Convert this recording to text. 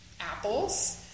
apples